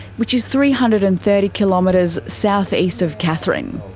which is three hundred and thirty kilometres south-east of katherine.